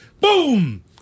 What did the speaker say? Boom